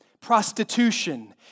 prostitution